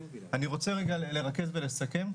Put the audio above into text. אני רוצה רגע לרכז ולסכם.